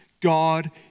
God